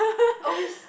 always